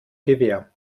gewähr